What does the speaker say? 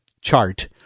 chart